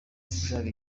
ashaka